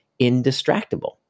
indistractable